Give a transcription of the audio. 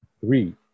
Three